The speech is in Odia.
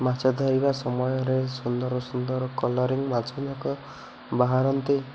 ମାଛ ଧରିବା ସମୟରେ ସୁନ୍ଦର ସୁନ୍ଦର କଲରିଂ ମାଛମାନକ ବାହାରନ୍ତି